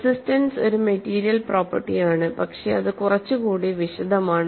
resistance ഒരു material property ആണ് പക്ഷെ അത് കുറച്ചുകൂടി വിശദമാണ്